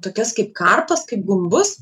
tokias kaip karpas kaip gumbus